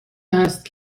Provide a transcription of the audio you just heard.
است